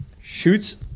shoots